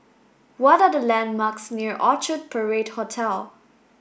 what are the landmarks near Orchard Parade Hotel